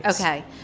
Okay